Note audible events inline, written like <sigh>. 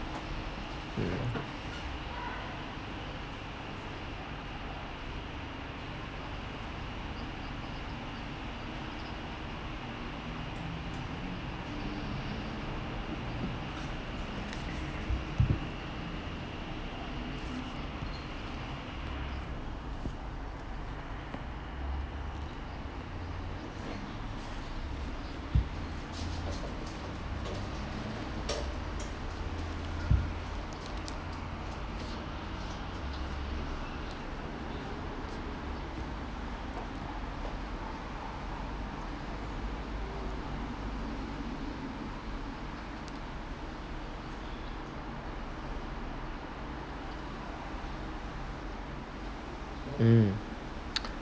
mm hmm <noise>